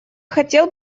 хотел